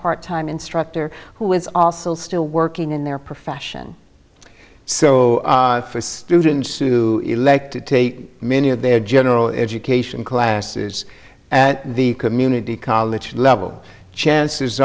part time instructor who is also still working in their profession so for students to elected to many of their general education classes and the community college level chances